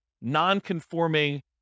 non-conforming